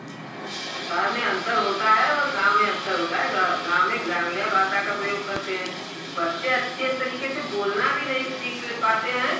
शहर में अंतर होता है और गाँव में अंतर होता है गाँव में ग्रामीण भाषा का प्रयोग करते हैं बच्चे अच्छे तरीके से बोलना भी नहीं सीख ले पाते हैं